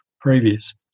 previous